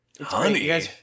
Honey